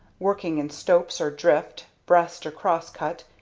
working in stope or drift, breast or cross-cut,